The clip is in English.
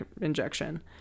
injection